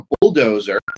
bulldozer